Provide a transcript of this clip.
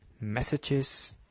messages